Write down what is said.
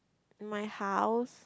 my house